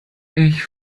ich